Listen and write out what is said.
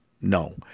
No